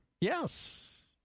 Yes